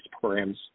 programs